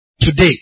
today